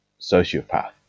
sociopath